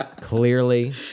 clearly